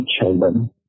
children